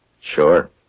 Sure